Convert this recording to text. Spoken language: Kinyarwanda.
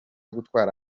gutwara